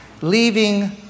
leaving